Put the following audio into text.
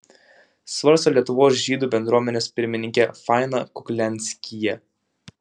svarsto lietuvos žydų bendruomenės pirmininkė faina kuklianskyje